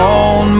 on